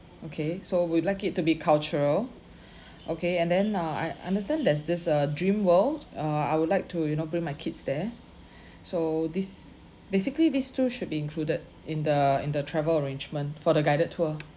okay so we'd like it to be cultural okay and then uh I understand there's this uh Dreamworld uh I would like to you know bring my kids there so this basically this two should be included in the in the travel arrangement for the guided tour